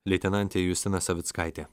leitenantė justina savickaitė